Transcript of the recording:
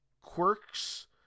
quirks